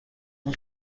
این